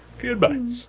Goodbye